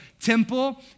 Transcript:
temple